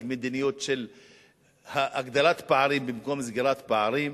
מדיניות של הגדלת פערים במקום סגירת פערים,